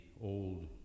old